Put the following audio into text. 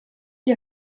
gli